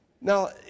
Now